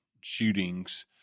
shootings